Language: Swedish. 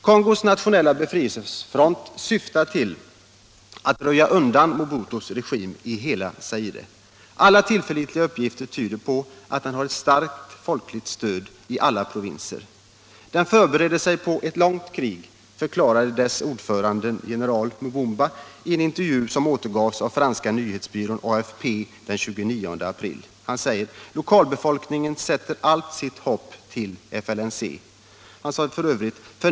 Kongos nationella befrielsefront syftar till att röja undan Mobutus regim i hela Zaire. Alla tillförlitliga uppgifter tyder på att den har ett starkt folkligt stöd i alla provinser. Den förbereder sig på ett långt krig, förklarade dess ordförande general Mbumba i en intervju som återgavs av franska nyhetsbyrån AFP den 29 april. Han sade: ”Lokalbefolkningen sätter allt sitt hopp till FLNC.” Han sade vidare: ”F.